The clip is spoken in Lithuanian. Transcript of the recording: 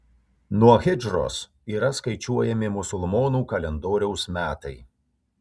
nuo hidžros yra skaičiuojami musulmonų kalendoriaus metai